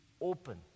open